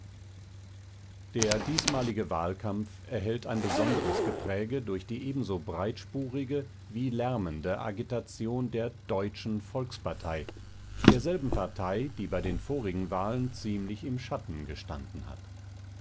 der diesmalige wahlkampf erhält ein besonderes gepräge durch die ebenso breitspurige wie lärmende agitation der deutschen volkspartei derselben partei die bei den vorigen wahlen ziemlich im schatten gestanden hat